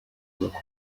yubaka